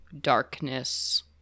darkness